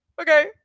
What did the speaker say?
okay